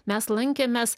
mes lankėmės